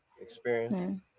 Experience